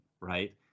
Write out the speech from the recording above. right